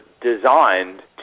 designed